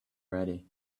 ready